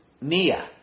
Nia